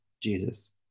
Jesus